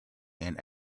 and